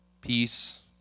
peace